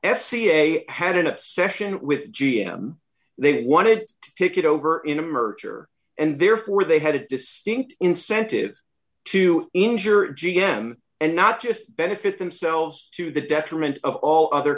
a had an obsession with g m they wanted to take it over in a merger and therefore they had a distinct incentive to insure g m and not just benefit themselves to the detriment of all other